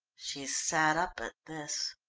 she sat up at this.